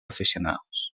aficionados